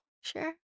sure